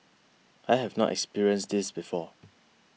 I have not experienced this before